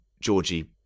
Georgie